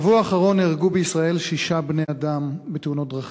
בשבוע האחרון נהרגו בישראל שישה בני-אדם בתאונות דרכים.